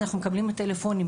ואז אנחנו מקבלים טלפונים.